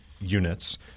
units